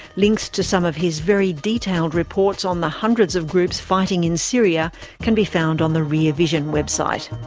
links to some of his very detailed reports on the hundreds of groups fighting in syria can be found on the rear vision website.